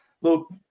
look